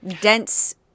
dense